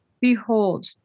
behold